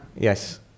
Yes